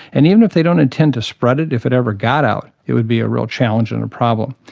and even if they don't intend to spread it, if it ever got out it would be a real challenge and a problem.